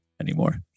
anymore